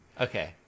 Okay